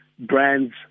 brands